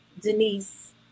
Denise